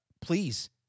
Please